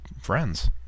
friends